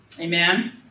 Amen